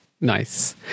Nice